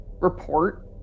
report